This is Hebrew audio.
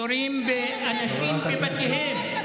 יורים באנשים בבתיהם.